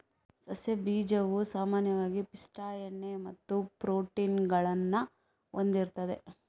ಸಸ್ಯ ಬೀಜವು ಸಾಮಾನ್ಯವಾಗಿ ಪಿಷ್ಟ, ಎಣ್ಣೆ ಮತ್ತು ಪ್ರೋಟೀನ್ ಗಳನ್ನ ಹೊಂದಿರ್ತದೆ